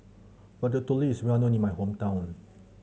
ratatouille is well known in my hometown